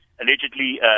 allegedly